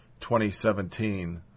2017